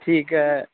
ਠੀਕ ਹੈ